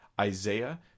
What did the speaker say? Isaiah